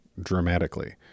dramatically